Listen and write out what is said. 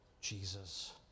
jesus